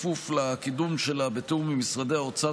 בכפוף לקידום שלה בתיאום עם משרדי האוצר,